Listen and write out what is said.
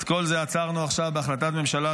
את כל זה עצרנו עכשיו בהחלטת ממשלה,